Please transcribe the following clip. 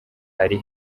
ari